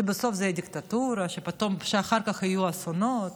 שבסוף זו תהיה דיקטטורה, שאחר כך יהיו אסונות.